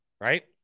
right